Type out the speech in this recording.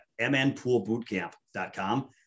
mnpoolbootcamp.com